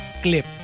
clip